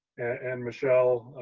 and michelle,